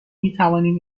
میتوانیم